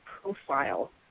profile